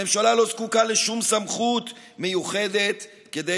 הממשלה לא זקוקה לשום סמכות מיוחדת כדי